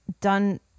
done